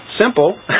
Simple